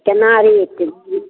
केना रेट